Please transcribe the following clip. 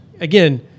again